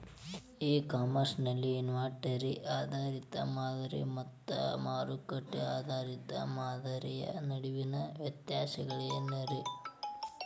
E commerce ನಲ್ಲಿ inventory ಆಧಾರಿತ ಮಾದರಿ ಮತ್ತ ಮಾರುಕಟ್ಟೆ ಆಧಾರಿತ ಮಾದರಿಯ ನಡುವಿನ ವ್ಯತ್ಯಾಸಗಳೇನ ರೇ?